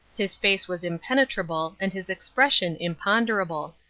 his face was impenetrable and his expression imponderable.